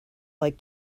like